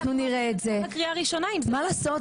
אנחנו נראה את זה --- ככה אנחנו --- קריאה ראשונה --- מה לעשות?